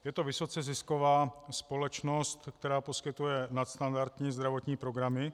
Je to vysoce zisková společnost, která poskytuje nadstandardní zdravotní programy.